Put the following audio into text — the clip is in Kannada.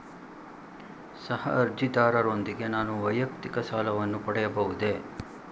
ಸಹ ಅರ್ಜಿದಾರರೊಂದಿಗೆ ನಾನು ವೈಯಕ್ತಿಕ ಸಾಲವನ್ನು ಪಡೆಯಬಹುದೇ?